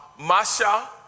Masha